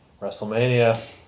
WrestleMania